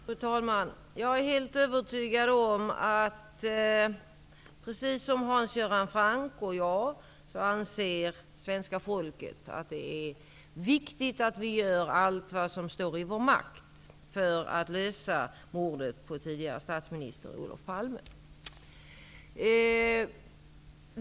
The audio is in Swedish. Fru talman! Jag är helt övertygad om att svenska folket, precis som Hans Göran Franck och jag, anser att det är viktigt att vi gör allt vad som står i vår makt för att lösa mordet på tidigare statsminister Olof Palme.